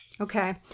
Okay